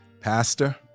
Pastor